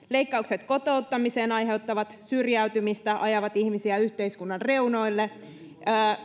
leikkaukset kotouttamiseen aiheuttavat syrjäytymistä ajavat ihmisiä yhteiskunnan reunoille emme